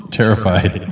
terrified